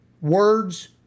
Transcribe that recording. Words